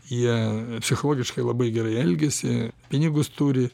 jie psichologiškai labai gerai elgiasi pinigus turi